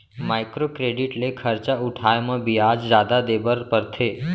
micro credit ले खरजा उठाए म बियाज जादा देबर परथे